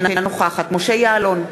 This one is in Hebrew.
אינה נוכחת משה יעלון,